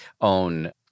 own